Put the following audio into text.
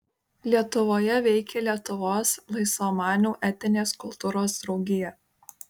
lietuvoje veikė lietuvos laisvamanių etinės kultūros draugija